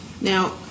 Now